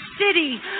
city